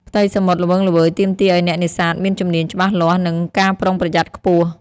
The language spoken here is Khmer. ផ្ទៃសមុទ្រល្វឹងល្វើយទាមទារឲ្យអ្នកនេសាទមានជំនាញច្បាស់លាស់ និងការប្រុងប្រយ័ត្នខ្ពស់។